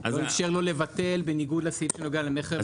לא אפשר לו לבטל בניגוד לסעיף שנוגע למכר מרחוק.